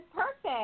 perfect